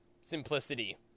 simplicity